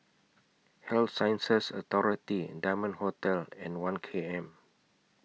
Health Sciences Authority Diamond Hotel and one K M